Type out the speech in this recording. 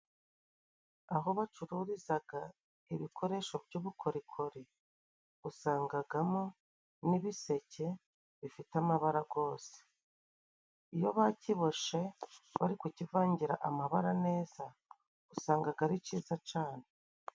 Aho bacururizaga ibikoresho by'ubukorikori usangagamo n'ibiseke bifite amabara gose iyo bakiboshe bari kukivangira amabara neza usangaga ari cyiza cane.